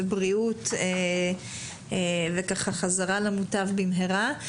בריאות וחזרה למוטב במהרה.